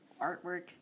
artwork